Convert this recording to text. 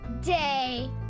Day